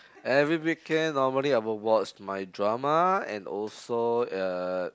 every weekend normally I would watch my drama and also uh